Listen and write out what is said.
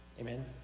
amen